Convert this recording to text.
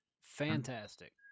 Fantastic